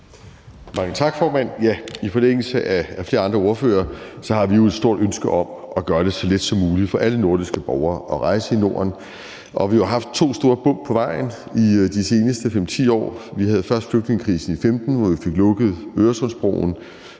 Mange tak, formand. I forlængelse af flere andre ordførere vil jeg sige, at vi jo har et stort ønske om at gøre det så let som muligt for alle nordiske borgere at rejse i Norden. Og vi har jo haft to store bump på vejen i de seneste 5-10 år. Vi havde først flygtningekrisen i 2015, hvor vi fik lukket Øresundsbroen